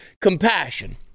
compassion